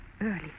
Early